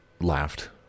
laughed